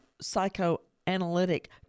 psychoanalytic